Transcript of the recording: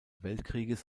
weltkrieges